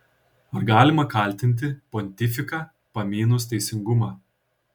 ar galima kaltinti pontifiką pamynus teisingumą